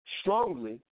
strongly